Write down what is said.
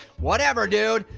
whatever, dude.